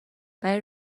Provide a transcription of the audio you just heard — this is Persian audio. برای